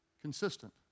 consistent